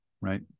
Right